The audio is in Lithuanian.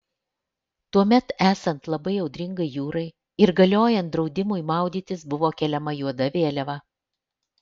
tuomet esant labai audringai jūrai ir galiojant draudimui maudytis buvo keliama juoda vėliava